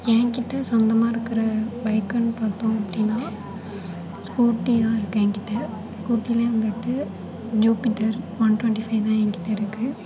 என்கிட்ட சொந்தமாக இருக்கிற பைக்குன்னு பார்த்தோம் அப்படின்னா ஸ்கூட்டி தான் இருக்குது என்கிட்ட ஸ்கூட்டியில் வந்துட்டு ஜூபிட்டர் ஒன் டுவெண்ட்டி ஃபைவ் தான் என்கிட்ட இருக்குது